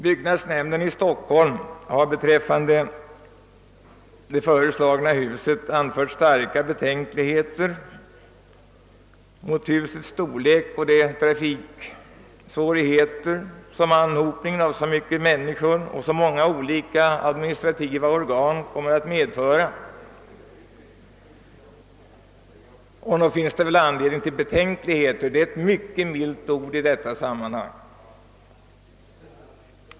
Byggnadsnämnden i Stockholm har anfört starka betänkligheter mot det föreslagna husets storlek och de trafiksvårigheter som anhopningen av så många människor och så många olika administrativa organ kommer att medföra. Och nog finns det anledning till betänkligheter — det är ett milt ord i detta sammanhang.